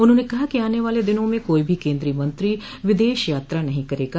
उन्होंने कहा कि आने वाले दिनों में कोई भी केंद्रीय मत्री विदेश यात्रा नहीं करेगा